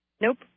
Nope